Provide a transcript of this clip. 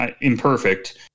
imperfect